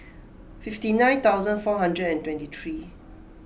fifty nine thousand four hundred and twenty three